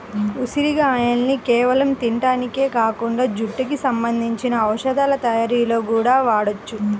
ఉసిరిగాయల్ని కేవలం తింటానికే కాకుండా జుట్టుకి సంబంధించిన ఔషధాల తయ్యారీలో గూడా వాడొచ్చు